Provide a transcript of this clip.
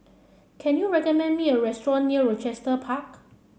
can you recommend me a restaurant near Rochester Park